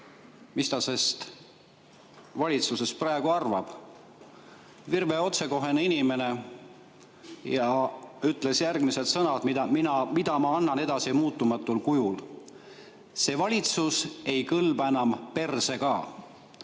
mis ta sest valitsusest praegu arvab. Virve, otsekohene inimene, ütles järgmised sõnad, mis ma annan edasi muutmata kujul: "See valitsus ei kõlba enam perse ka."